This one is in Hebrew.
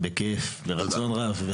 בכיף, ברצון רב.